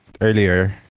earlier